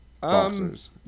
Boxers